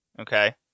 okay